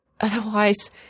Otherwise